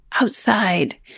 outside